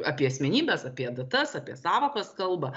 apie asmenybes apie datas apie sąvokas kalba